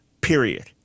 period